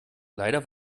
leider